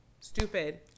stupid